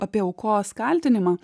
apie aukos kaltinimą